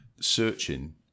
searching